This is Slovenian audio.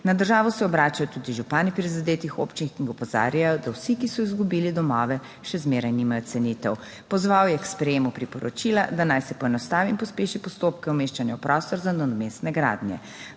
Na državo se obračajo tudi župani prizadetih občin, ki opozarjajo, da vsi, ki so izgubili domove, še zmeraj nimajo cenitev. Pozval je k sprejemu priporočila, da naj se poenostavi in pospeši postopke umeščanja v prostor za nadomestne gradnje.